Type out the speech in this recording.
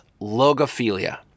logophilia